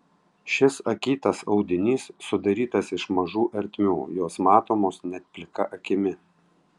šis akytas audinys sudarytas iš mažų ertmių jos matomos net plika akimi